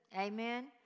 Amen